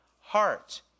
heart